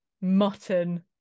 mutton